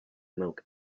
milk